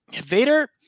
Vader